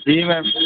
جی میم